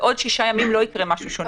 בעוד 6ימים לא יקרה משהו שונה.